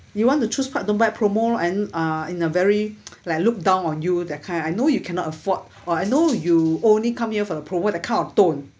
you want to choose part don't buy promo lor and uh in the very like look down on you that kind I know you cannot afford or I know you only come here for the promo that kind of tone